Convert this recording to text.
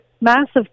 massive